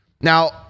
Now